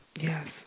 Yes